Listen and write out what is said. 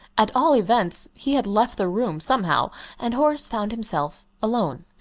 at all events, he had left the room somehow and horace found himself alone.